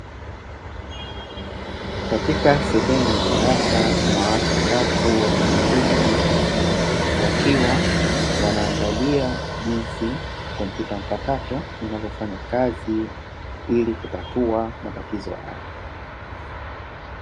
Katika sehemu ya darasa, kuna watu watatu walioketi, wakiwa wanaangalia jinsi kompyuta mpakato inavyofanya kazi ili kutatua matatizo yao.